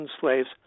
slaves